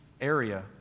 area